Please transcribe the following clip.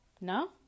No